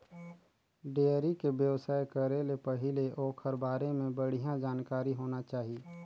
dairy के बेवसाय करे ले पहिले ओखर बारे में बड़िहा जानकारी होना चाही